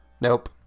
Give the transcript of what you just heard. Nope